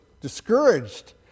discouraged